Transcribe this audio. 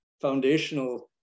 foundational